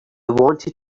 wanted